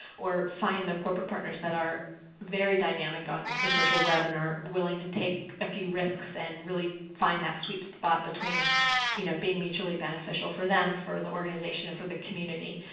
or find the corporate partners that are very dynamic on the social web and are willing to take a few risks and really find that sweet spot between you know being mutually beneficial for them, for the organization, and for the community.